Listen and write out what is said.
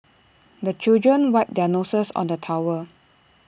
the children wipe their noses on the towel